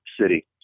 City